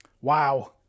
Wow